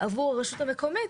עבור הרשות המקומית,